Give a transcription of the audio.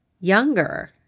younger